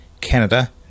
Canada